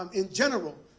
um in general,